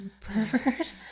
pervert